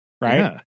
right